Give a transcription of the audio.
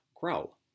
grow